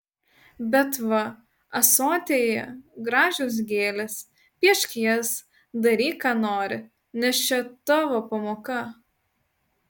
bet va ąsotyje gražios gėlės piešk jas daryk ką nori nes čia tavo pamoka